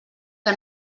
que